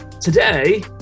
Today